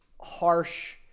harsh